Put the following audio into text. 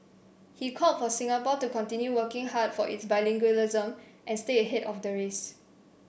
he called for Singapore to continue working hard for its bilingualism and stay ahead of the race